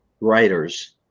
writers